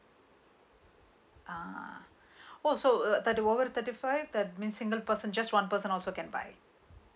ah oh so uh there over thirty five that means single person just one person also can buy